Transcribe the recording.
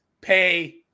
pay